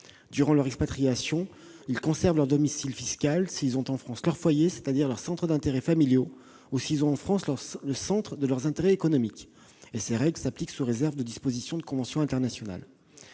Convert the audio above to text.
Durant leur expatriation, ils conservent leur domicile fiscal s'ils ont en France leur foyer, c'est-à-dire leurs centres d'intérêt familiaux ou le centre de leurs intérêts économiques. Ces règles s'appliquent sous réserve des dispositions des conventions internationales.